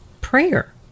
prayer